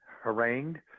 harangued